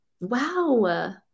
Wow